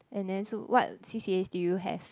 and then so what C_C_As do you have